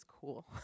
cool